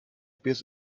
biss